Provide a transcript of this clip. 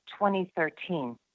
2013